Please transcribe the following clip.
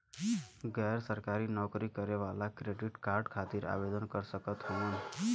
गैर सरकारी नौकरी करें वाला क्रेडिट कार्ड खातिर आवेदन कर सकत हवन?